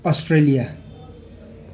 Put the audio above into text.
Australia